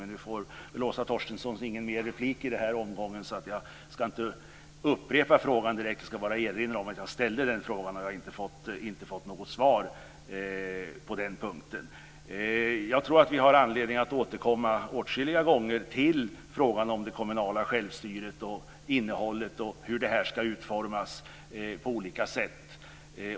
Nu får Åsa Torstensson ingen mer replik i den här omgången, så jag ska inte upprepa frågan. Jag ska bara erinra om att jag ställde den och inte fick något svar. Vi har anledning att återkomma åtskilliga gånger till frågan om hur innehållet i det kommunala självstyret ska utformas på olika sätt.